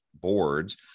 boards